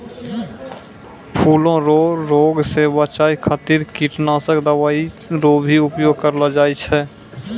फूलो रो रोग से बचाय खातीर कीटनाशक दवाई रो भी उपयोग करलो जाय छै